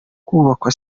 kubakwa